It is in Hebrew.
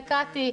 קטי,